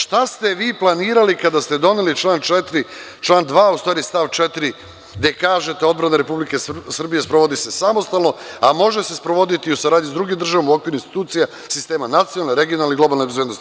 Šta ste vi planirali kada ste doneli član 2. stav 4, gde kažete- odbrana Republike Srbije sprovodi se samostalno, a može se sprovoditi i u saradnji sa drugim državama u okviru institucija sistema nacionalne, regionalne i globalne bezbednosti.